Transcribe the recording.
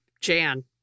Jan